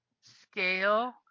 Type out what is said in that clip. scale